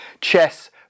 chess